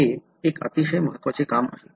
हे एक अतिशय महत्वाचे काम आहे